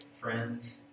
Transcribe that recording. friends